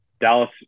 Dallas